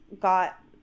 got